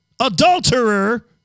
adulterer